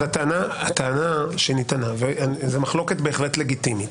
זו מחלוקת בהחלט לגיטימית,